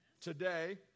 today